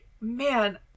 man